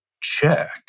check